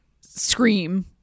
Scream